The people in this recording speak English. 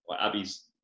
Abby's